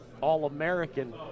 All-American